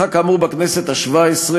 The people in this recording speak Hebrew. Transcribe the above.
כמה מדינות מתוכן רוצות יחסים שונים עם ישראל,